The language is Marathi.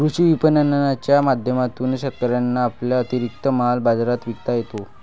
कृषी विपणनाच्या माध्यमातून शेतकऱ्यांना आपला अतिरिक्त माल बाजारात विकता येतो